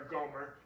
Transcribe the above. Gomer